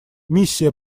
миссия